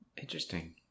Interesting